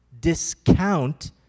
discount